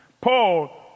Paul